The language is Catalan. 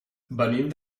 venim